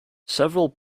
several